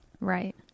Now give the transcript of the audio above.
Right